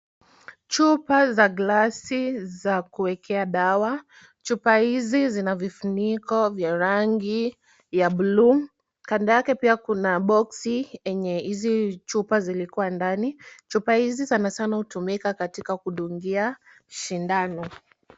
Chupa za glasi za kuekea dawa. Chupa hizi zina vifuniko vya rangi ya buluu. Kando yake pia kuna boksi yenye hizi chupa zilikuwa ndani. Chupa hizi sanasana hutumika katika kudungia sindano.